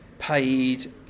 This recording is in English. paid